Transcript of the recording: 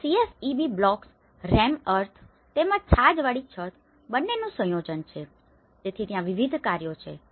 તેથી ત્યાં CSEB blocks rammed earth તેમજ છાજવાળી છત બંનેનું સંયોજન છે તેથી ત્યાં વિવિધ કાર્યો છે